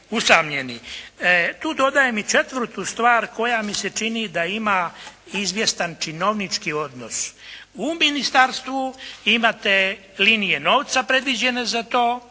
Tu dodajem i četvrtu stvar koja mi se čini da ima izvjestan činovnički odnos. U ministarstvu imate linije novca predviđena za to,